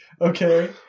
okay